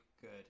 good